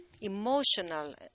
emotional